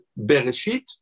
Bereshit